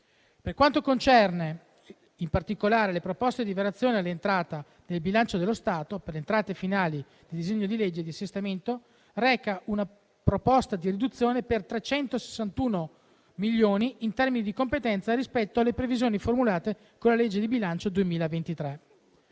Per quanto concerne, in particolare, le proposte di variazioni alle entrate del bilancio dello Stato, per le entrate finali il disegno di legge di assestamento reca una proposta di riduzione per 361 milioni, in termini di competenza, rispetto alle previsioni formulate con la legge di bilancio 2023.